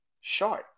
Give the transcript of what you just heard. short